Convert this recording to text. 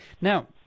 Now